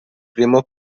primo